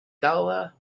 gabhadh